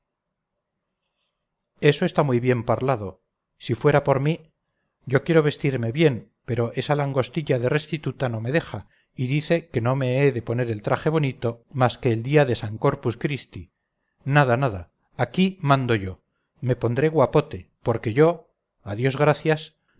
eso está muy bien parlado si fuera por mí yo quiero vestirme bien pero esa langostilla de restituta no me deja y dice que no me he de poner el traje bonito más que el día de san corpus christi nada nada aquí mando yo me pondré guapote porque yo a dios gracias